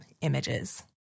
images